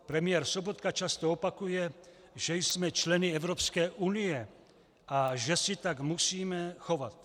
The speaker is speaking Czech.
Premiér Sobotka často opakuje, že jsme členy Evropské unie a že se tak musíme chovat.